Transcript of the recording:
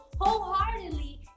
wholeheartedly